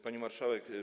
Pani Marszałek!